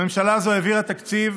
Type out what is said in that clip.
הממשלה הזאת העבירה תקציב